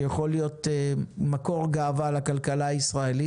שיכול להיות מקור גאווה לכלכלה הישראלית,